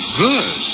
good